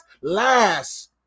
last